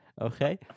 okay